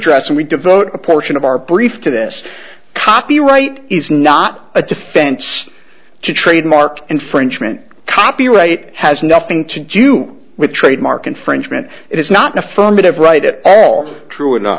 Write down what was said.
dress and we devote a portion of our brief to this copyright is not a defense to trademark infringement copyright has nothing to do with trademark infringement it is not an affirmative right at all true